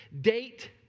date